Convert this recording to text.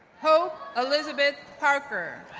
hope elizabeth parker,